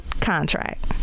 contract